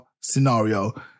scenario